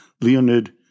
Leonid